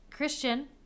Christian